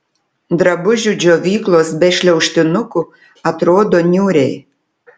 drabužių džiovyklos be šliaužtinukų atrodo niūriai